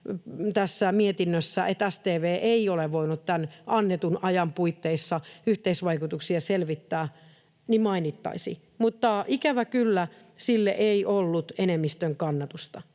tässä mietinnössä, että StV ei ole voinut tämän annetun ajan puitteissa yhteisvaikutuksia selvittää, ei ikävä kyllä ollut enemmistön kannatusta.